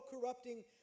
corrupting